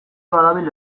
badabil